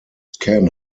can